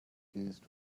gaze